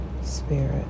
spirit